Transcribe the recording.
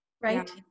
Right